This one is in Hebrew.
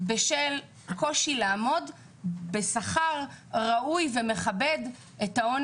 בשל קושי לעמוד בשכר ראוי ומכבד את ההון